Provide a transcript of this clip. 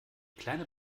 kleine